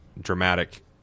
dramatic